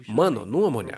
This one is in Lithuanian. mano nuomone